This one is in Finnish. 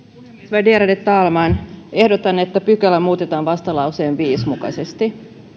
värderade talman ehdotan että pykälä muutetaan vastalauseen viisi mukaisesti